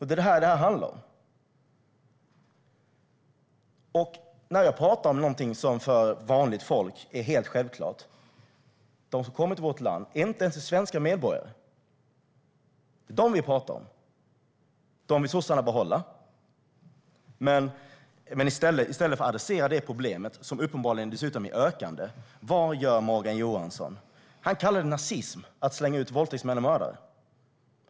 Det är detta som det handlar om. Jag talar om något som är helt självklart för vanligt folk. Det handlar om dem som kommer till vårt land och inte ens är svenska medborgare. Det är dem vi talar om. Dem vill sossarna behålla. Men i stället för att gripa sig an detta problem, som uppenbarligen dessutom är ökande, vad gör Morgan Johansson? Jo, han kallar det nazism att slänga ut våldtäktsmän och mördare!